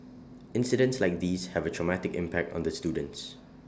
incidents like these have A traumatic impact on the students